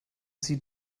sie